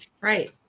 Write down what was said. right